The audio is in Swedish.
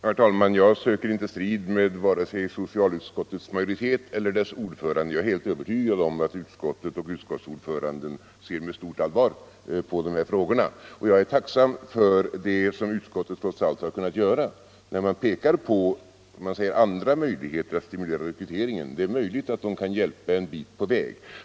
Herr talman! Jag söker inte strid med vare sig socialutskottets majoritet eller dess ordförande. Jag är helt övertygad om att utskottet och utskottsordföranden ser med stort allvar på dessa frågor. Jag är tacksam för vad utskottet trots allt har kunnat göra, när man pekat på andra möjligheter att stimulera rekryteringen. Det är möjligt att de kan hjälpa en bit på väg.